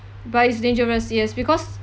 but it's dangerous yes because